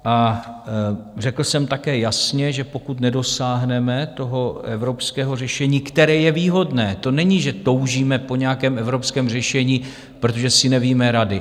A řekl jsem také jasně, že pokud nedosáhneme evropského řešení, které je výhodné to není, že toužíme po nějakém evropském řešení, protože si nevíme rady.